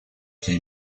biens